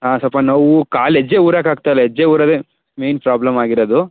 ಹಾಂ ಸ್ವಲ್ಪ ನೋವು ಕಾಲು ಹೆಜ್ಜೆ ಊರೋಕೆ ಆಗ್ತಾಯಿಲ್ಲ ಹೆಜ್ಜೆ ಊರೊದೇ ಮೆಯ್ನ್ ಪ್ರೊಬ್ಲಮ್ ಆಗಿರೋದು